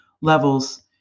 levels